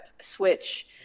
switch